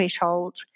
threshold